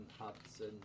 Hudson